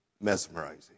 mesmerizing